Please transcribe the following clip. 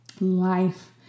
Life